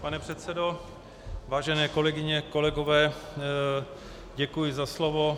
Pane předsedo, vážené kolegyně, kolegové, děkuji za slovo.